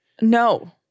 No